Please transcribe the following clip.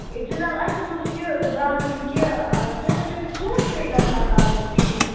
ہے جِناب اَسہِ حظ اوس یہِ زانُن کہِ تُہۍ ؤنۍتَو مےٚ ژوٗنٛٹھۍ کٔہۍ گژھان اَز پیٖٹۍ